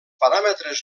paràmetres